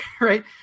Right